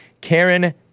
Karen